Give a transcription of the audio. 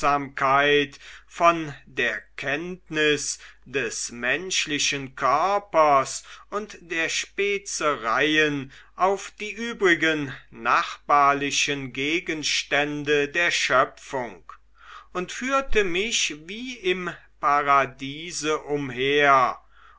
von der kenntnis des menschlichen körpers und der spezereien auf die übrigen nachbarlichen gegenstände der schöpfung und führte mich wie im paradiese umher